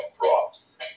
props